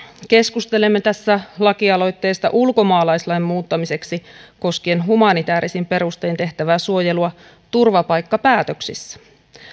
keskustelemme tässä lakialoitteesta ulkomaalaislain muuttamiseksi koskien humanitäärisin perustein tehtävää suojelua turvapaikkapäätöksissä